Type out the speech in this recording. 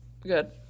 good